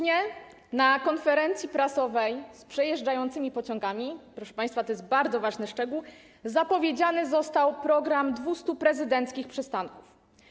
Na konferencji prasowej z przejeżdżającymi pociągami - proszę państwa, to jest bardzo ważny szczegół - hucznie zapowiedziany został program 200 prezydenckich przystanków.